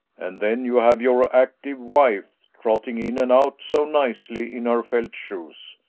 and then you have your active wife, trot ting in and out so nicely, in her felt shoes,